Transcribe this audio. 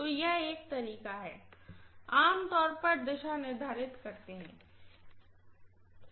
तो यह एक तरीका है आप आम तौर पर दिशा निर्धारित करते हैं ठीक है